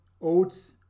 oats